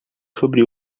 sobre